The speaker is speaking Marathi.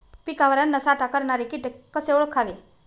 पिकावर अन्नसाठा करणारे किटक कसे ओळखावे?